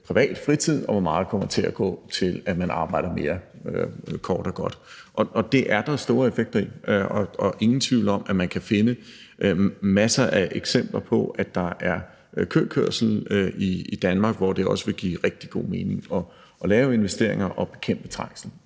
privat fritid, og hvor meget der kommer til at gå til, at man arbejder mere – kort og godt. Det er der store effekter af, og der er ingen tvivl om, at man kan finde masser af eksempler på, at der er køkørsel i Danmark, hvor det også vil give rigtig god mening at lave investeringer og bekæmpe trængsel